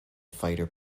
fighter